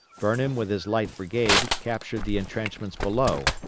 burnham with his light brigade captured the intrenchments below,